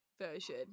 version